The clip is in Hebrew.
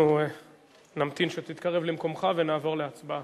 אנחנו נמתין שתתקרב למקומך ונעבור להצבעה.